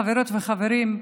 חברות וחברים,